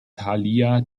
thalia